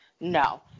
No